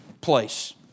place